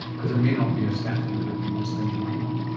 because it may not be a statin that you would spend your money on.